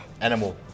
animal